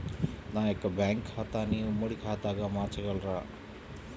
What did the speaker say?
నా యొక్క బ్యాంకు ఖాతాని ఉమ్మడి ఖాతాగా మార్చగలరా?